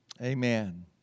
Amen